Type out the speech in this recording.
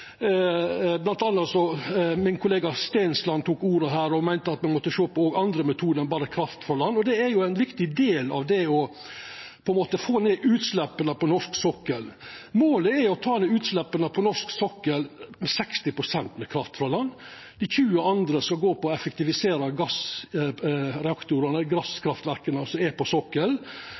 og meinte at me òg måtte sjå på andre metodar enn berre kraft frå land, og det er ein viktig del av det å få ned utsleppa på norsk sokkel. Målet er å ta ned utsleppa på norsk sokkel med 60 pst. med kraft frå land. 20 pst. skal gå på å effektivisera gassreaktorane, gasskraftverka som er på